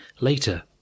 later